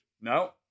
No